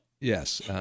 yes